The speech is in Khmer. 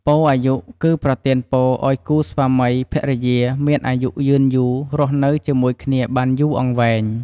ពរអាយុ គឺប្រទានពរឲ្យគូស្វាមីភរិយាមានអាយុយឺនយូរ រស់នៅជាមួយគ្នាបានយូរអង្វែង។